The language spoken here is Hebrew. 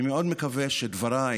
אני מאוד מקווה שדבריי